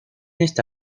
esta